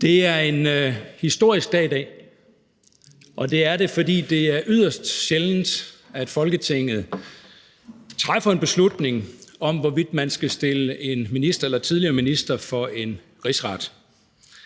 Det er en historisk dag i dag, og det er det, fordi det er yderst sjældent, at Folketinget træffer en beslutning om, hvorvidt man skal stille en minister eller tidligere minister for en rigsret.